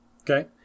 Okay